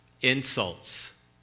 insults